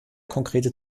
konkrete